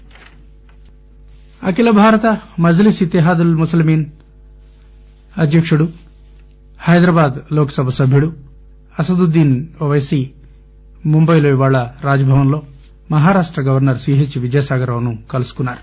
ఎంపఎం అఖిల భారత మజ్లీస్ ఇత్తేహదుల్ ముస్లిమ్ ఇస్ అధ్యకుడు హైదరాబాద్ లోక్ సభ సభ్యులు అసదుద్దీన్ ఓవైసీ ముంబైలో ఇవాళ రాజ్ భవన్ లో మహారాష్ట గవర్సర్ సిహెచ్ విద్యాసాగర్ రావు ను కలుసుకున్నారు